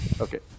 Okay